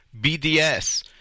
BDS